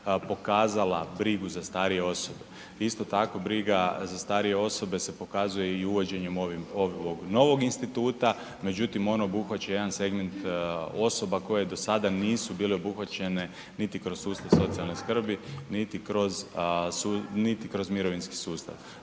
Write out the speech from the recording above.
pokazala brigu za starije osobe. Isto tako briga za starije osobe se pokazuje i uvođenjem ovog novog instituta, međutim on obuhvaća jedan segment osoba koje do sada nisu bile obuhvaćene niti kroz sustav socijalne skrbi, niti kroz mirovinski sustav.